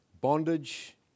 bondage